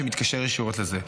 שמתקשר ישירות לזה.